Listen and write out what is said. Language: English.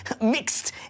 mixed